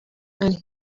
and